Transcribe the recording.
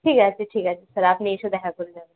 ঠিক আছে ঠিক আছে স্যার আপনি এসে দেখা করে যাবেন